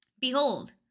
Behold